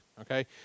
okay